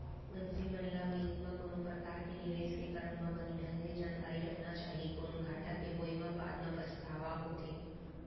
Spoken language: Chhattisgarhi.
मनसे मन ल बेंक म कोनो परकार के निवेस के करब म बने ढंग ले जानकारी रखना चाही, कोनो घाटा के होय म बाद म पछतावा होथे